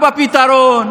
האלה?